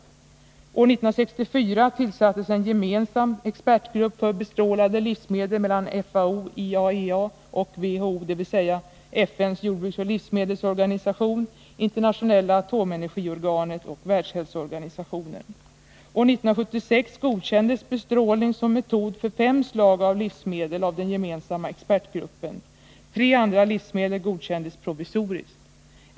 År 1964 tillsattes en gemensam expertgrupp för bestrålade livsmedel mellan FAO , IAEA och WHO . År 1976 godkändes bestrålning som metod för fem slag av livsmedel av den gemensamma expertgruppen. Tre andra livsmedel godkändes provisoriskt.